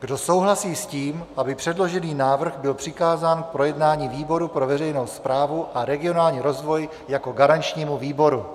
Kdo souhlasí s tím, aby předložený návrh byl přikázán k projednání výboru pro veřejnou správu a regionální rozvoj jako garančnímu výboru?